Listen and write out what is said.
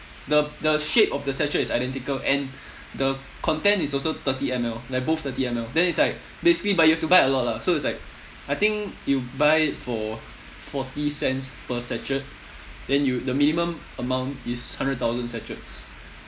the the shape of the sachet is identical and the content is also thirty M_L like both thirty M_L then it's like basically but you have to buy a lot lah so it's like I think you buy it for forty cents per sachet then you the minimum amount is hundred thousand sachets